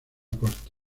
corte